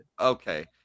Okay